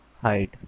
Hide